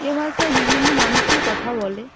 এ ভাষায় বিভিন্ন মানুষই কথা বলে